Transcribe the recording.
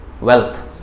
wealth